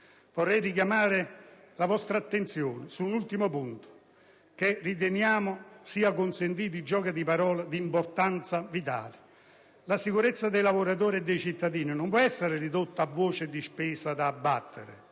Vorrei richiamare la vostra attenzione su un ultimo punto che riteniamo - mi sia consentito il gioco di parole - di importanza vitale. La sicurezza dei lavoratori e dei cittadini non può essere ridotta a voce di spesa da abbattere,